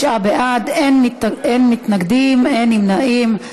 49 בעד, אין מתנגדים, אין נמנעים.